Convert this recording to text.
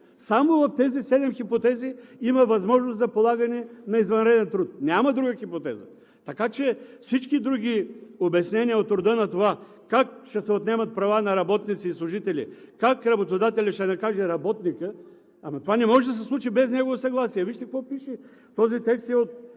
Само в тези седем хипотези има възможност за полагане на извънреден труд. Няма друга хипотеза! Така че всички други обяснения от рода на това как ще се отнемат права на работници и служители, как работодателят ще накаже работника – това не може да се случи без негово съгласие. Вижте какво пише – този текст